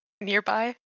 nearby